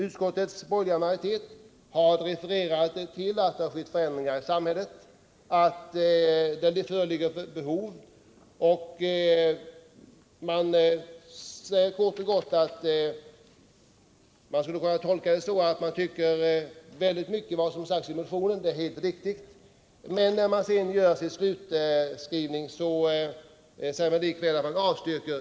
Utskottets borgerliga majoritet har refererat till att det har skett förändringar i samhället som skapat behov av rekreationsmöjligheter. Man kan tolka utskottets skrivning så, att utskottet finner väldigt mycket av vad som sagts i vår motion helt riktigt. Utskottet säger likväl avslutningsvis att man avstyrker motionen om en utredning av fritidspolitiken.